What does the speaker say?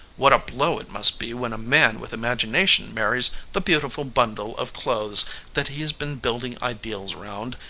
what a blow it must be when a man with imagination marries the beautiful bundle of clothes that he's been building ideals round,